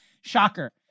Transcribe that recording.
Shocker